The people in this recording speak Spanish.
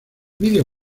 video